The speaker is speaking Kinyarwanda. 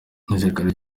igisirikare